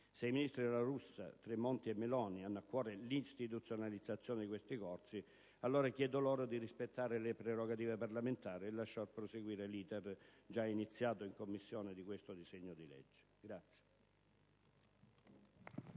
Se i ministri La Russa, Tremonti e Meloni hanno a cuore l'istituzionalizzazione di questi corsi, allora chiedo loro di rispettare le prerogative parlamentari e lasciar proseguire l'*iter*, già iniziato in Commissione, di questo disegno di legge.